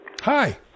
Hi